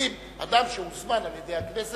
שמכבדים אדם שהוזמן על-ידי הכנסת.